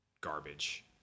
garbage